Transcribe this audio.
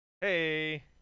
hey